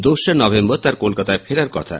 দোসরা নভেম্বর তাঁর কলকাতায় ফেরার কথা